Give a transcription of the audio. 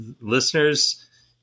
listeners